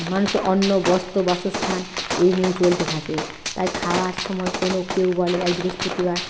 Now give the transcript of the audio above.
মানুষের অন্ন বস্ত্র বাসস্থান এই নিয়েই চলতে থাকে তাই খাওয়ার সময় কোনো কেউ বলে আজ বৃহস্পতিবার